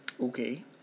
Okay